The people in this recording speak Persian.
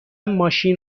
ماشین